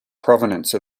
provenance